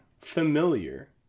familiar